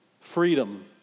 freedom